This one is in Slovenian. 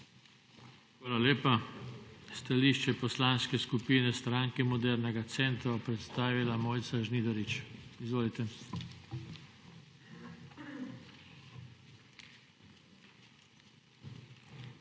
Hvala lepa. Stališče Poslanske skupine Stranke modernega centra bo predstavila Mojca Žnidarič. Izvolite. **MOJCA